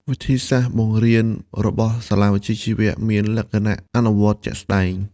វិធីសាស្ត្របង្រៀនរបស់សាលាវិជ្ជាជីវៈមានលក្ខណៈ អនុវត្តជាក់ស្តែង។